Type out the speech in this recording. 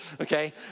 Okay